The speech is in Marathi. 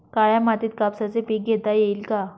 काळ्या मातीत कापसाचे पीक घेता येईल का?